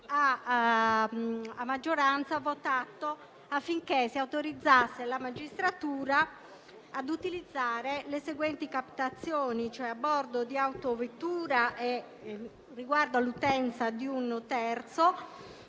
a maggioranza affinché si autorizzasse la magistratura ad utilizzare le seguenti captazioni: quattro intercettazioni a bordo di autovettura e riguardo all'utenza di un terzo,